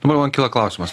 dabar man kilo klausimas